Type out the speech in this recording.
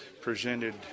presented